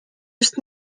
just